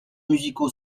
musicaux